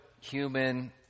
human